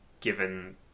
given